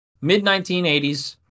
mid-1980s